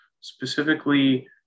specifically